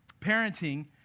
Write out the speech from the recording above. Parenting